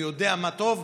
יודע מה טוב,